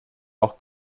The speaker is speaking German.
auch